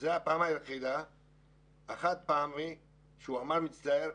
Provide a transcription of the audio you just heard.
זאת הייתה הפעם היחידה שהוא אמר מצטער,